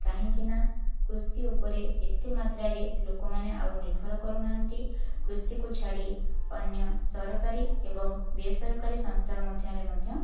କାହିଁକିନା କୃଷି ଉପରେ ଏତେ ମାତ୍ରାରେ ଲୋକମାନେ ଆଉ ନିର୍ଭର କରୁନାହାଁନ୍ତି କୃଷିକୁ ଛାଡ଼ି ଅନ୍ୟ ସରକାରୀ ଏବଂ ବେସରକାରୀ ସଂସ୍ଥା ମଧ୍ୟରେ ମଧ୍ୟ